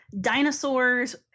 dinosaurs